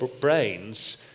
brains